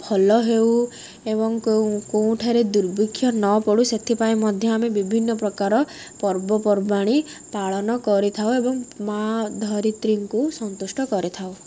ଭଲ ହେଉ ଏବଂ କୋଉଠାରେ ଦୁର୍ବିକ୍ଷ ନ ପଡ଼ୁ ସେଥିପାଇଁ ମଧ୍ୟ ଆମେ ବିଭିନ୍ନ ପ୍ରକାର ପର୍ବପର୍ବାଣି ପାଳନ କରିଥାଉ ଏବଂ ମାଁ ଧରିତ୍ରୀଙ୍କୁ ସନ୍ତୁଷ୍ଟ କରିଥାଉ